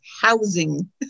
housing